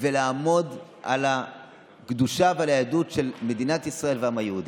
ולעמוד על הקדושה ועל היהדות של מדינת ישראל והעם היהודי,